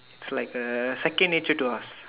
it's like a second nature to us